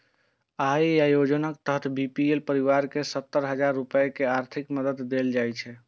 अय योजनाक तहत बी.पी.एल परिवार कें सत्तर हजार रुपैया के आर्थिक मदति देल जाइ छै